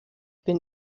bin